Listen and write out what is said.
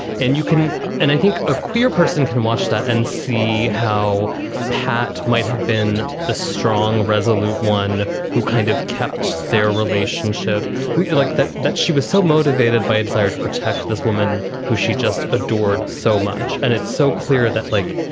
and you can and i think a queer person can watch that and see how pat might have been the strong, resolute one who kind of kept their relationship like that, that she was so motivated by a desire to protect this woman who she just adored so much. and it's so clear that, like,